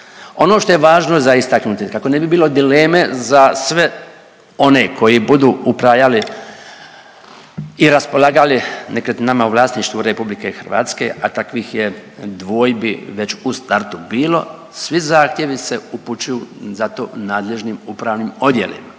Ono što je važno za istaknuti kako ne bi bilo dileme za sve one koji budu upravljali i raspolagali nekretninama u vlasništvu RH, a takvih je dvojbi već u startu bilo, svi zahtjevi se upućuju za to nadležnim upravnim odjelima.